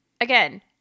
Again